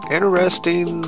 Interesting